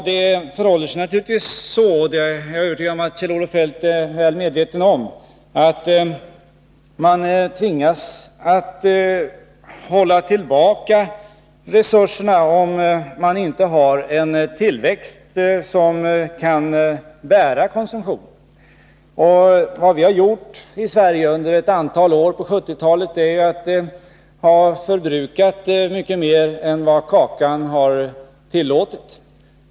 Det förhåller sig naturligtvis så — och jag är övertygad om att Kjell-Olof Feldt är väl medveten om det — att man tvingas hålla tillbaka resurserna om man inte har en tillväxt som kan bära konsumtionen. Vad vi har gjort i Sverige under ett antal år på 1970-talet är att vi har förbrukat mer än kakans storlek tillåtit.